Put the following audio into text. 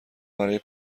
برای